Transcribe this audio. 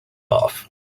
off